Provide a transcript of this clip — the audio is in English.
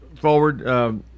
forward